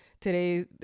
today